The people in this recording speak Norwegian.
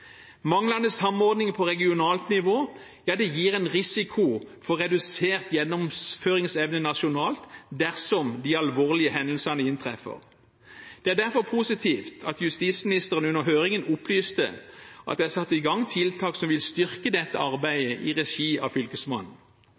Manglende samordning på regionalt nivå gir en risiko for redusert gjennomføringsevne nasjonalt dersom de alvorlige hendelsene inntreffer. Det er derfor positivt at justisministeren under høringen opplyste at det er satt i gang tiltak som vil styrke dette arbeidet, i regi av fylkesmannen.